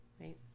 right